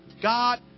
God